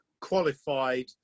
qualified